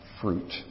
fruit